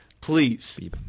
Please